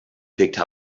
picked